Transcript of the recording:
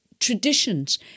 traditions